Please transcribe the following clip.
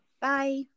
Bye